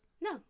No